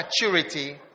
maturity